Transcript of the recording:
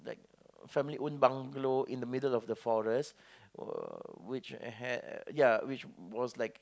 like family owned bungalow in the middle of the forest uh which had ya which was like